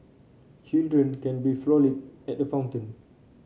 children can frolic at the fountain